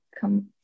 come